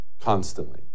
constantly